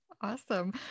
awesome